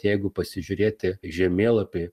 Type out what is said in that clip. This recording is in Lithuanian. jeigu pasižiūrėti žemėlapį